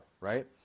right